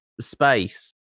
space